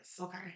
Okay